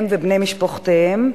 הם ובני-משפחותיהם,